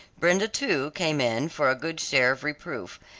brenda, too, came in for a good share of reproof,